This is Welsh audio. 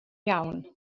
iawn